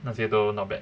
那些都 not bad